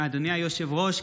אדוני היושב-ראש,